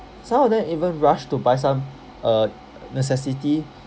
some of them even rushed to buy some uh necessity